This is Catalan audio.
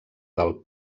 del